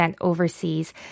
overseas